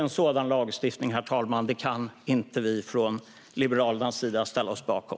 En sådan lagstiftning kan inte vi från Liberalernas sida ställa oss bakom.